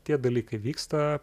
tie dalykai vyksta